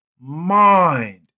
mind